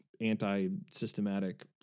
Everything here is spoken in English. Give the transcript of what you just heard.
anti-systematic